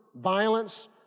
violence